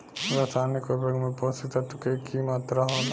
रसायनिक उर्वरक में पोषक तत्व के की मात्रा होला?